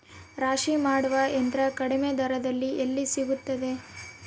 ರಾಶಿ ಮಾಡುವ ಯಂತ್ರ ಕಡಿಮೆ ದರದಲ್ಲಿ ಎಲ್ಲಿ ಸಿಗುತ್ತದೆ?